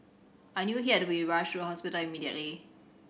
I knew he had to be rushed to the hospital immediately